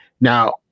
Now